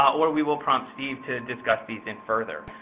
or we will prompt steve to discuss these in further.